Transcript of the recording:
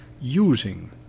using